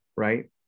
Right